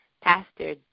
Pastor